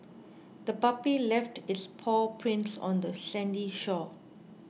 the puppy left its paw prints on the sandy shore